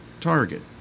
target